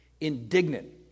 Indignant